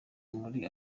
muri